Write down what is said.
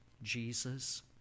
Jesus